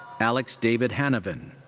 alex david hanavin.